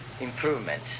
improvement